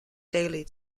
daily